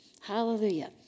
Hallelujah